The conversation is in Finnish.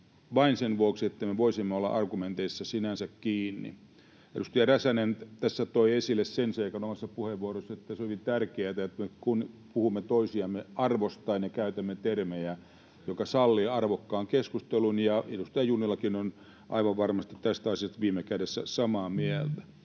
vain sen vuoksi, että me voisimme olla argumenteissa sinänsä kiinni. Edustaja Räsänen toi esille omassa puheenvuorossaan sen seikan, että on hyvin tärkeätä, että puhumme toisiamme arvostaen ja käytämme termejä, jotka sallivat arvokkaan keskustelun, ja edustaja Junnilakin on aivan varmasti tästä asiasta viime kädessä samaa mieltä.